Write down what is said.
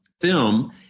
film